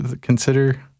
consider